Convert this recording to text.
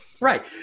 Right